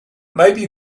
maybe